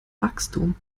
wachstum